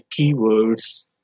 keywords